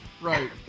Right